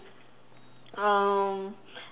um